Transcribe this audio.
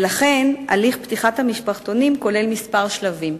ולכן הליך פתיחת המשפחתונים כולל כמה שלבים,